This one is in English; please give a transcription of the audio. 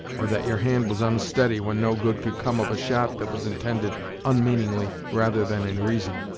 or that your hand was onsteady, when no good could come of a shot that was intended onmeaningly rather than in reason.